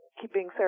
keeping